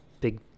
big